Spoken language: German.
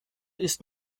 ist